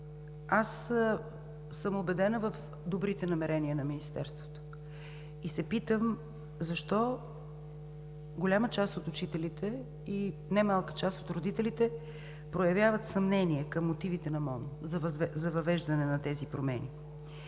начин. Убедена съм в добрите намерения на Министерството и се питам, защо голяма част от учителите и немалка част от родителите проявяват съмнение към мотивите на МОН за въвеждане на тези промени?